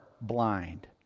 blind